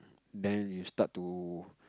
then you start to